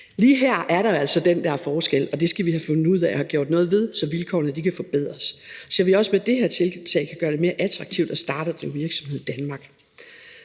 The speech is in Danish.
Lige her er der altså den der forskel, og det skal vi have fundet ud af at have gjort noget ved, så vilkårene kan forbedres, og så vi også med det her tiltag kan gøre det mere attraktivt at starte og drive virksomhed i Danmark.